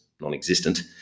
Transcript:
non-existent